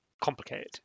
complicated